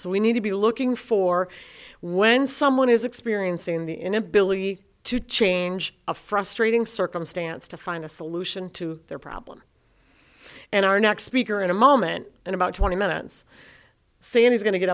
so we need to be looking for when someone is experiencing the inability to change a frustrating circumstance to find a solution to their problem and our next speaker in a moment in about twenty minutes think he's going to get